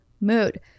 MOOD